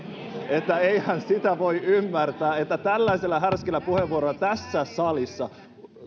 eihän sitä voi ymmärtää että tällaisella härskillä puheenvuorolla tässä salissa